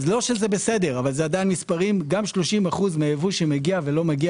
זה לא בסדר אבל גם 30% מהייבוא שמגיע ולא מגיע